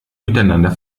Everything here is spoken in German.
miteinander